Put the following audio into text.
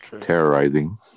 Terrorizing